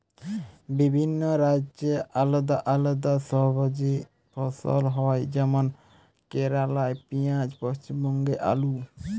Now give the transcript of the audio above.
বিভিন্ন রাজ্যে আলদা আলদা সবজি ফসল হয় যেমন কেরালাই পিঁয়াজ, পশ্চিমবঙ্গে আলু